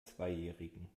zweijährigen